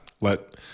Let